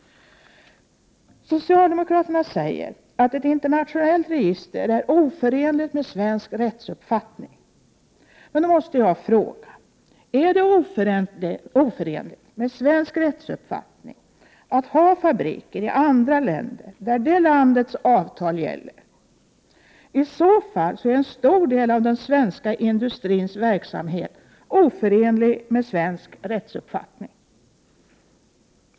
Socialdemokraterna säger att ett internationellt register är oförenligt med svensk rättsuppfattning. Då måste jag fråga: Är det oförenligt med svensk rättsuppfattning att ha fabriker i länder där det landets avtal gäller? Om så är fallet är en stor del av den svenska industrins verksamhet oförenlig med svensk rättsuppfattning.